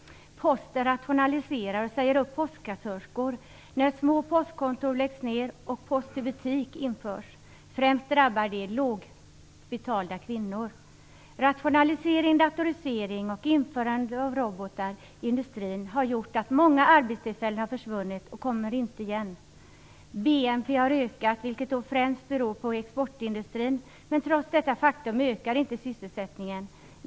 Posten rationaliserar och säger upp postkassörskor när små postkontor läggs ned och post i butik införs. Det drabbar främst lågt betalda kvinnor. Rationalisering, datorisering och införandet av robotar i industrin har gjort att många arbetstillfällen har försvunnit och inte kommer igen. BNP har ökat, vilket främst beror på exportindustrin. Men trots detta faktum ökar inte sysselsättningen.